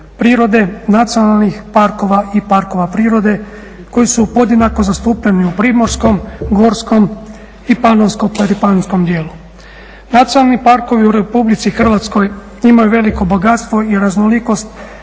prirode, nacionalnih parkova i parkova prirode koji su podjednako zastupljeni u primorskom, gorskom i panonskom dijelu. Nacionalni parkovi u Republici Hrvatskoj imaju veliko bogatstvo i raznolikost,